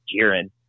Jiren